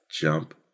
jump